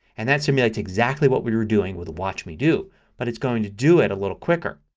and that simulates exactly what we were doing with watch me do but it's going to do it a little quicker.